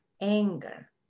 anger